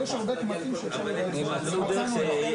יש רגעים שהשתיקה יפה